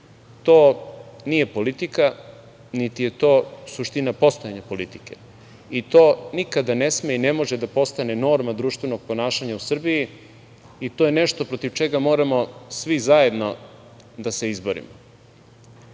To nije politika niti je to suština politike i to nikada ne sme i ne može da postane norma društvenog ponašanja u Srbiji. To je nešto protiv čega moramo svi zajedno da se izborimo. Ono